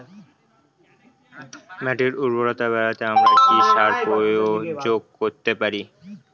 মাটির উর্বরতা বাড়াতে আমরা কি সার প্রয়োগ করতে পারি?